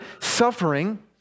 suffering